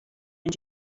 and